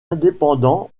indépendants